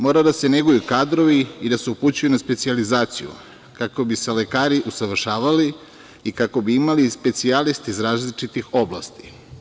Mora da se neguju kadrovi i da se upućuju na specijalizaciju, kako bi se lekari usavršavali i kako bi imali specijaliste iz različitih oblasti.